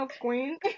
Queen